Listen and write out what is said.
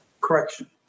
correction